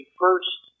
first